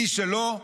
מי שלא,